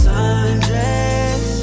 Sundress